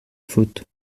faute